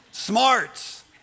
smarts